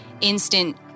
instant